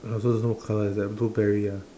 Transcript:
I also don't know what colour is that blueberry ah